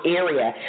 area